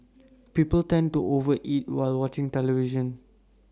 people tend to over eat while watching the television